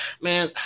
Man